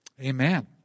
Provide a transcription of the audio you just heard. Amen